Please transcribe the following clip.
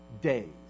days